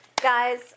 Guys